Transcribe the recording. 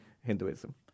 Hinduism